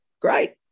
great